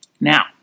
Now